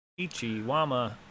ichiwama